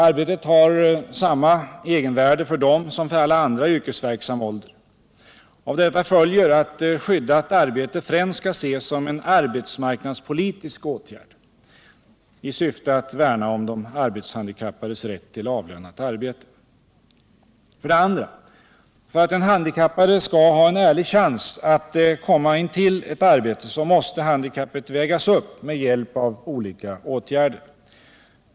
Arbetet har samma egenvärde för dem som för alla andra i yrkesverksam ålder. Av detta följer att skyddat arbete främst skall ses som en arbetsmarknadspolitisk åtgärd i syfte att värna om de arbetshandikappades rätt till avlönat arbete. 2. För att den handikappade skall ha en ärlig chans att komma till ett arbete måste handikappet vägas upp med hjälp av olika åtgärder.